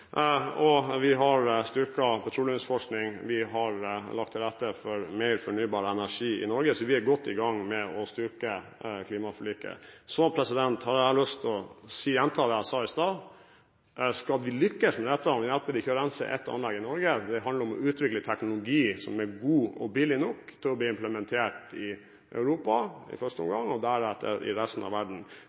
vi har styrket petroleumsforskning, og vi har lagt til rette for mer fornybar energi i Norge – så vi er godt i gang med å styrke klimaforliket. Så har jeg lyst til å gjenta det jeg sa i stad. Skal vi lykkes med dette, hjelper det ikke å rense ett anlegg i Norge; det handler om å utvikle teknologi som er god og billig nok til å bli implementert i Europa, i første omgang, og deretter i resten av verden.